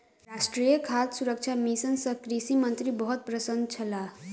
राष्ट्रीय खाद्य सुरक्षा मिशन सँ कृषि मंत्री बहुत प्रसन्न छलाह